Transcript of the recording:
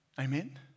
Amen